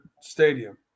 Stadium